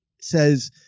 says